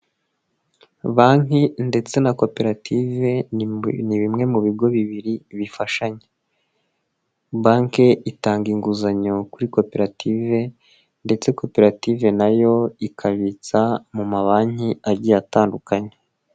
Banki ndetse na koperative ni bimwe mu bigo bibiri bifashanya, banki itanga inguzanyo kuri koperative ndetse koperative na yo ikabitsa mu mabanki agiye atandukanye.